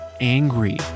angry